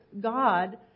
God